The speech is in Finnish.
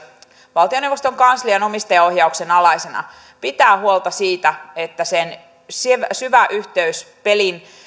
valtioneuvoston kanslian omistajaohjauksen alaisena pitää huolta siitä että sen syvä yhteys pelin